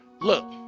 look